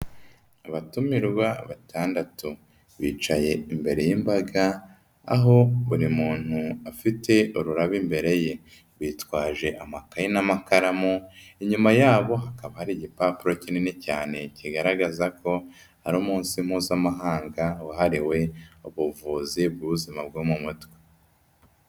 Abatumirwa batandatu. Bicaye imbere y'imbaga, aho buri muntu afite ururabo imbere ye. Bitwaje amakaye n'amakaramu, inyuma yabo hakaba hari igipapuro kinini cyane kigaragaza ko ari umunsi mpuzamahanga wahariwe ubuvuzi bw'ubuzima bwo mu mutwe.